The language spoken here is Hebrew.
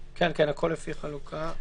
כן, הכול לפי חלוקה.